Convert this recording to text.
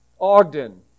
Ogden